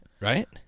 Right